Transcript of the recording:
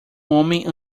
homem